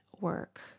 work